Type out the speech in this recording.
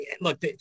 look